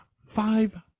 five